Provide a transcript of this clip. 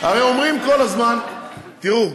הרי אומרים כל הזמן, תראו,